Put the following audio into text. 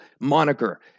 moniker